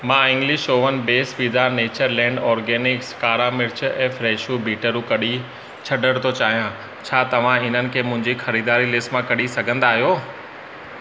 मां English oven base pizza Natureland Organics कारा मिर्च ऐं फ्रेशो बीटरू कढी छॾण थो चाहियां छा तव्हां हिननि खे मुंहिंजी ख़रीदारी लिस्ट मां कढी सघंदा आहियो